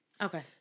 Okay